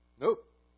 Nope